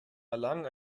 erlangen